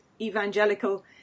evangelical